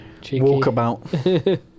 walkabout